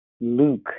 luke